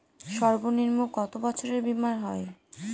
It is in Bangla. সর্বনিম্ন কত বছরের বীমার হয়?